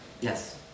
Yes